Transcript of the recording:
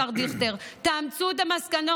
השר דיכטר: אמצו את המסקנות,